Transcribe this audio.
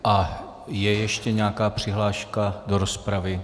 A je ještě nějaká přihláška do rozpravy?